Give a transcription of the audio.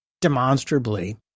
demonstrably